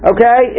Okay